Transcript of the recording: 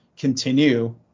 continue